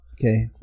Okay